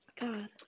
God